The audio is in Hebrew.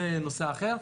זה נושא אחר.